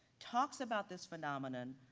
talks about this phenomenon,